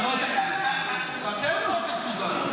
אתם לא מסוגלים.